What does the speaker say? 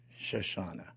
Shoshana